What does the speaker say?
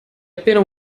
appena